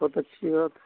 बहुत अच्छी बात है